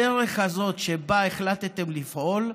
הדרך הזאת, שבה החלטתם לפעול,